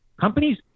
companies